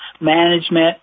management